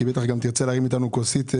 כי בטח גם תרצה להרים אתנו כוסית לחג,